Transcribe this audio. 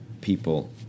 people